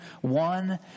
one